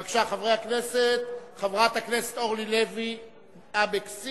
בבקשה, חברת הכנסת אורלי לוי אבקסיס,